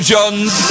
Johns